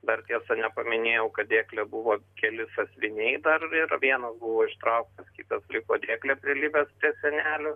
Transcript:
dar tiesa nepaminėjau kad dėkle buvo keli sąsviniai dar ir vienas buvo ištrauktas kitas liko dėkle prilipęs prie sienelių